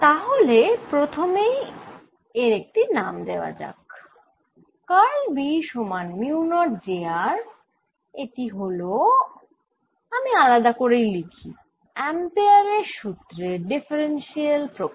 তাহলে প্রথমেই এর একটি নাম দেওয়া যাক কার্ল B সমান মিউ নট j r এটি হল আমি আলাদা করেই লিখি অ্যাম্পেয়ারের সুত্রের ডিফারেন্সিয়াল প্রকার